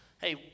Hey